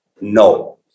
No